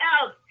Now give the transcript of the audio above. else